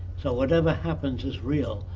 so whatever happens is real.